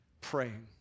praying